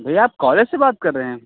भैया आप कॉलेज से बात कर रहे हैं